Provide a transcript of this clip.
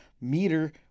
meter